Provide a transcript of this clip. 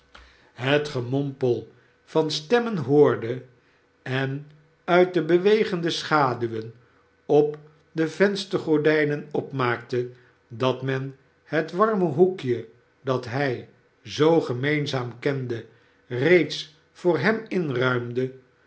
het gemompel van stemmen hoorde en uit de bewegende schaduwen op de venstergordijnen opmaakte dat men het warme hoekje dat hij zoo gemeenzaam kende reeds voor hem inruimde